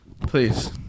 Please